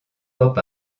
pop